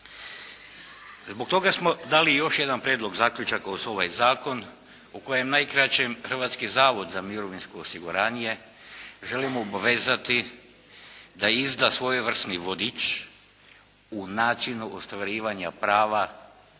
Zbog toga smo dali još jedan prijedlog zaključaka uz ovaj zakon u kojem najkraćem Hrvatski zavod za mirovinsko osiguranje želimo obvezati da izda svojevrsni vodič o načinu ostvarivanja prava